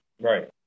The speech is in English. Right